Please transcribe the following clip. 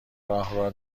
راه